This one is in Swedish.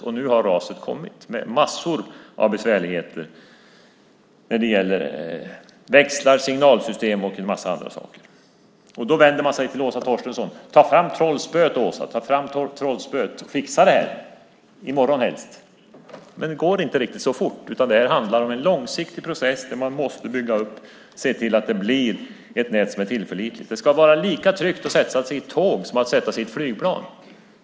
Och nu har raset kommit med massor av besvärligheter när det gäller växlar, signalsystem och en mängd andra saker. Då vänder man sig till Åsa Torstensson. Ta fram trollspöet, Åsa, ta fram trollspöet! Fixa det här, helst redan i morgon! Men det går inte riktigt så fort. Det handlar om en långsiktig process. Man måste bygga upp det och se till att det blir ett nät som är tillförlitligt. Det ska vara lika tryggt att sätta sig i ett tåg som att sätta sig i ett flygplan.